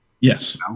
yes